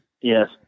Yes